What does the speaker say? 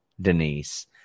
denise